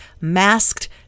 masked